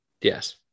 Yes